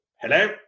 Hello